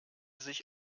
sich